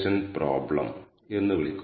സജ്ജീകരിക്കുന്നതിന് R മൊഡ്യൂളിൽ നമ്മൾ വ്യക്തമാക്കിയിരിക്കുന്നതുപോലെ നിങ്ങൾക്ക് GUI ഉപയോഗിക്കാം